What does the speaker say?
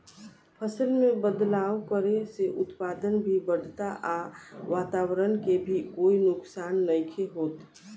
फसल में बदलाव करे से उत्पादन भी बढ़ता आ वातवरण के भी कोई नुकसान नइखे होत